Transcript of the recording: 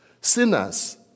Sinners